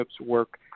work